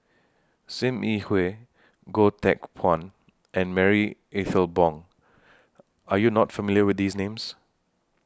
SIM Yi Hui Goh Teck Phuan and Marie Ethel Bong Are YOU not familiar with These Names